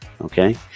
Okay